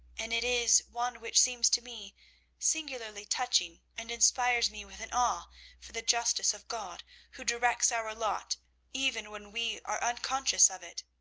and it is one which seems to me singularly touching, and inspires me with an awe for the justice of god who directs our lot even when we are unconscious of it.